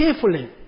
carefully